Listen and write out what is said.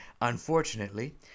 Unfortunately